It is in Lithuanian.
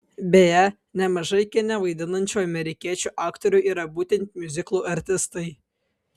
beje nemažai kine vaidinančių amerikiečių aktorių yra būtent miuziklų artistai